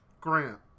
Grant